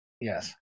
yes